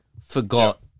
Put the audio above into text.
forgot